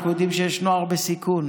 אנחנו יודעים שיש נוער בסיכון,